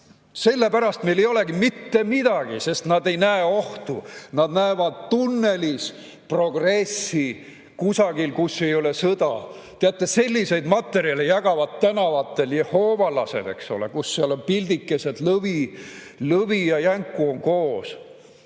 Sellepärast meil ei olegi mitte midagi, sest nad ei näe ohtu. Nad näevad tunnelis progressi kusagil, kus ei ole sõda. Teate, selliseid materjale jagavad tänavatel jehoovalased. Seal on pildikestel lõvi ja jänku koos.